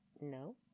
no